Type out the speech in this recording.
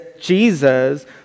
Jesus